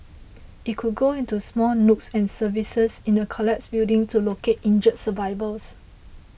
it could go into small nooks and crevices in a collapsed building to locate injured survivors